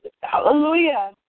Hallelujah